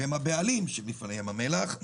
שהם הבעלים של מפעלי ים המלח,